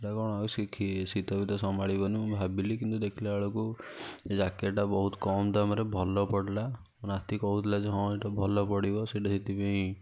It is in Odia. ସେଇଟା କ'ଣ ଶିଖି ଶୀତ ଫିତ ସମ୍ଭାଳିବନି ମୁଁ ଭାବିଲି କିନ୍ତୁ ଦେଖିଲା ବେଳକୁ ସେ ଜ୍ୟାକେଟ୍ଟା ବହୁତ କମ୍ ଦାମ୍ରେ ଭଲ ପଡ଼ିଲା ମୋ ନାତି କହୁଥିଲା ଯେ ହଁ ଏଇଟା ଭଲ ପଡ଼ିବ ସେଇଟା ସେଥିପାଇଁ